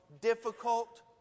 difficult